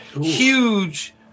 huge